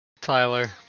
Tyler